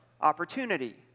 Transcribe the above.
opportunity